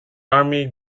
army